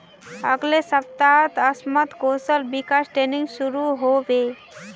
अगले सप्ताह स असमत कौशल विकास ट्रेनिंग शुरू ह बे